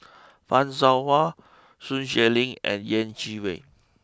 Fan Shao Hua Sun Xueling and Yeh Chi Wei